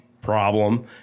Problem